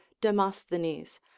demosthenes